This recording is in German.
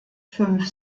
fünf